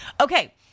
Okay